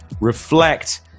reflect